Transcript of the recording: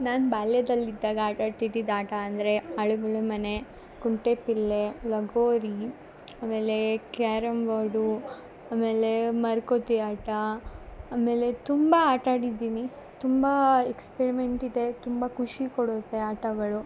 ನಾನು ಬಾಲ್ಯದಲ್ಲಿದ್ದಾಗ ಆಟ ಆಡ್ತಿದಿದ್ದ ಆಟ ಅಂದರೆ ಅಳ್ಗುಳಿ ಮನೆ ಕುಂಟೆಪಿಲ್ಲೆ ಲಗೋರಿ ಆಮೇಲೆ ಕ್ಯಾರಮ್ ಬೋರ್ಡು ಆಮೇಲೆ ಮರಕೋತಿ ಆಟ ಆಮೇಲೆ ತುಂಬ ಆಟಾಡಿದ್ದೀನಿ ತುಂಬಾ ಎಕ್ಸ್ಪರಿಮೆಂಟಿದೆ ತುಂಬ ಖುಷಿ ಕೊಡುತ್ತೆ ಆಟಗಳು